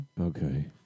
Okay